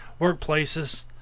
workplaces